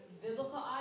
biblical